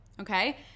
okay